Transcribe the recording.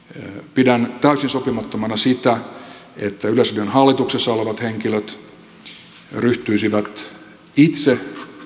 pidän täysin sopimattomana sitä että yleisradion hallituksessa olevat henkilöt ryhtyisivät itse